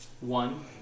one